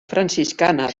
franciscana